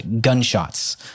gunshots